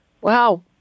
Wow